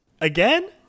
again